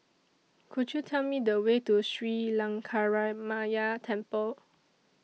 Could YOU Tell Me The Way to Sri Lankaramaya Temple